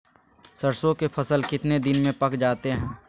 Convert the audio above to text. सरसों के फसल कितने दिन में पक जाते है?